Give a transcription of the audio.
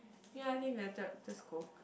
yea I think that that that's cool